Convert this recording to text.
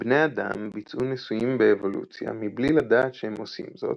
בני אדם ביצעו ניסויים באבולוציה מבלי לדעת שהם עושים זאת,